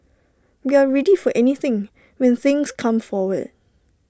we're ready for anything when things come forward